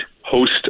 host